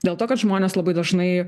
dėl to kad žmonės labai dažnai